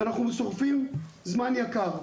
ואנחנו שורפים זמן יקר.